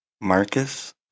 Marcus